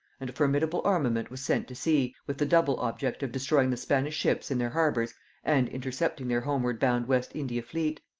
and a formidable armament was sent to sea, with the double object of destroying the spanish ships in their harbours and intercepting their homeward-bound west india fleet.